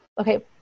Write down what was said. Okay